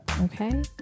Okay